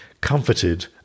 comforted